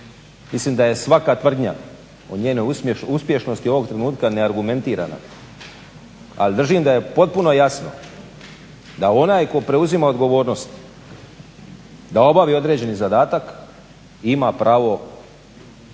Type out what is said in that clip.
mislim da je svaka tvrdnja o njenoj uspješnosti ovog trenutka neargumentirana, ali držim da je potpuno jasno da onaj tko preuzima odgovornost da obavi određeni zadatak ima pravo na